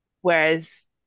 Whereas